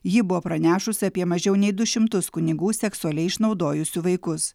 ji buvo pranešus apie mažiau nei du šimtus kunigų seksualiai išnaudojusių vaikus